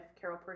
Carol